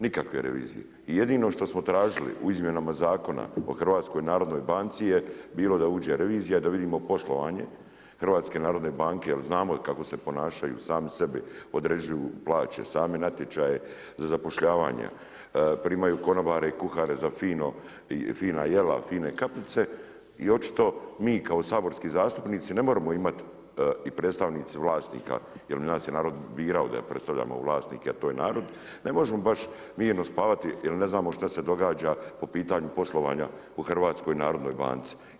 Nikakve revizije i jedino što smo tražili u izmjenama zakona o HNB-u je bilo da uđe revizija da vidimo poslovanje HNB-a jer znamo kako se ponašaju, sami sebi određuju plaći, sami natječaje za zapošljavanje, primaju konobare i kuhare za fina jela, fine kapljice i očito mi kao saborski zastupnici ne moramo imati i predstavnici vlasnika jer nas je narod birao da predstavljamo vlasnike a to je narod, ne možemo baš mirno spavati jer ne znamo šta se događa po pitanju poslovanja u HNB-u.